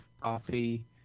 coffee